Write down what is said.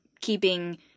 keeping